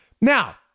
now